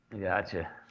Gotcha